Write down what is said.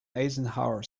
eisenhower